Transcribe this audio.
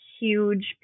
huge